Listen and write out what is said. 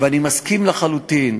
אני מסכים לחלוטין,